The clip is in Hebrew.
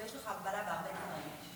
אבל יש לך הגבלה בהרבה דברים,